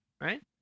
right